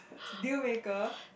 deal maker